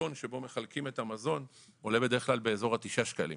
הקרטון שבו מחלקים את המזון עולה בדרך כלל כתשעה שקלים.